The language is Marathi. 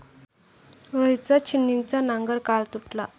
रोहितचा छिन्नीचा नांगर काल तुटला